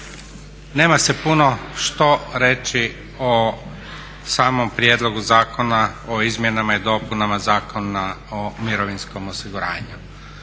Nema se puno što reći o samom prijedlogu Zakona o izmjenama i dopunama Zakona o mirovinskom osiguranju.